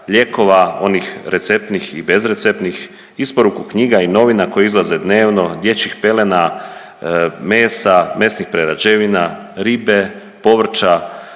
lijekova onih receptnih i bezreceptnih, isporuku knjiga i novina koje izlaze dnevno, dječjih pelena, mesa, mesnih prerađevina, ribe, povrća